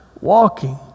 walking